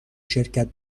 شرکت